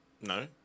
No